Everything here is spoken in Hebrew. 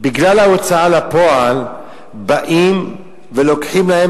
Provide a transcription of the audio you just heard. בגלל ההוצאה לפועל באים ולוקחים להם